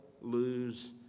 lose